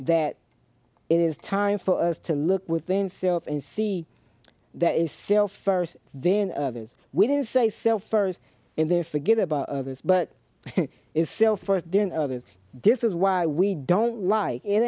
that it is time for us to look within self and see that is self first then others we didn't say self first in their forget about others but is self first then others this is why we don't like i